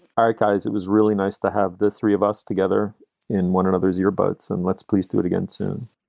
all right, guys. it was really nice to have the three of us together in one another's boats. and let's please do it again soon.